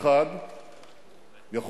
כמינוי שלך ושל אביגדור ליברמן,